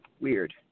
Weird